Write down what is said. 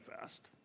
fast